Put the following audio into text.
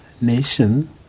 nation